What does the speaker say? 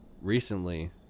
recently